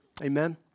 Amen